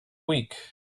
week